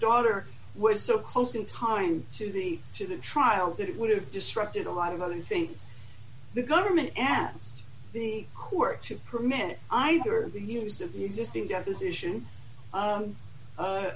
daughter was so close in time to the to the trial that it would have disrupted a lot of other things the government asked the court to permit either the use of the existing deposition